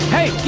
Hey